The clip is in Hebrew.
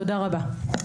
תודה רבה.